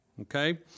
Okay